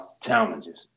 challenges